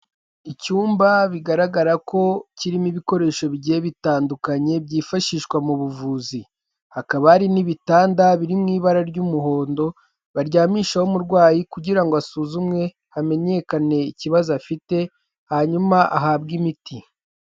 Icyumba bigaragara ko kirimo ibikoresho bigiye bitandukanye byifashishwa mu buvuzi, hakaba hari n'ibitanda biri mu ibara ry'umuhondo baryamishaho umurwayi kugira ngo asuzumwe hamenyekane ikibazo afite hanyuma ahabwe imiti.